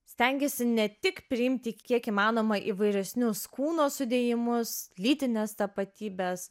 stengiasi ne tik priimti kiek įmanoma įvairesnius kūno sudėjimus lytines tapatybes